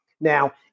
Now